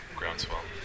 groundswell